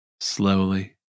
slowly